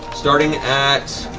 starting at.